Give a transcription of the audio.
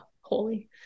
holy